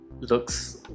looks